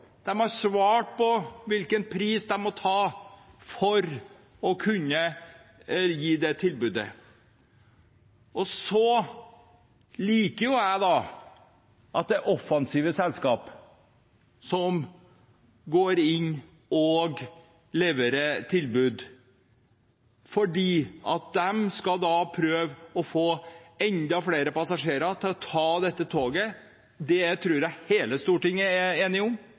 har svart på hvilken pris de må ta for å kunne gi et tilbud. Og så liker jeg at det er offensive selskap som går inn og leverer tilbud, for de skal prøve å få enda flere passasjerer til å ta toget. Det tror jeg hele Stortinget er enig om,